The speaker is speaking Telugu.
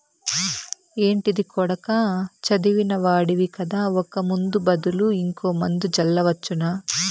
ఏంటిది కొడకా చదివిన వాడివి కదా ఒక ముందు బదులు ఇంకో మందు జల్లవచ్చునా